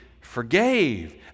forgave